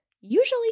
usually